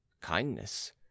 kindness